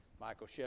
Michael